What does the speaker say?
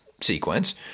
sequence